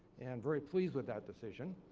and very pleased with that decision.